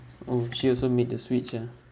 oh she also made the switch ah